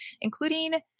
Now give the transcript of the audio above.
including